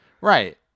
Right